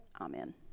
amen